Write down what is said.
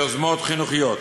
יוזמות חינוכיות,